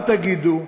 מה תגידו,